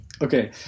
okay